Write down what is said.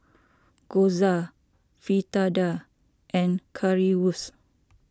Gyoza Fritada and Currywurst